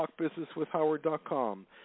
talkbusinesswithhoward.com